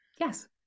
Yes